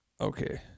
Okay